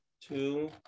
two